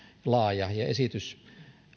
laaja ja esitys